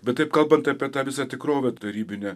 bet taip kalbant apie tą visą tikrovę tarybinę